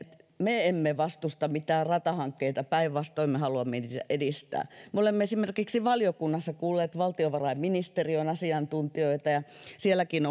me emme vastusta mitään ratahankkeita päinvastoin me haluamme niitä edistää me olemme esimerkiksi valiokunnassa kuulleet valtiovarainministeriön asiantuntijoita ja sielläkin